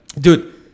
Dude